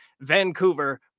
Vancouver